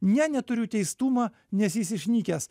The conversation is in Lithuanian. ne neturiu teistumą nes jis išnykęs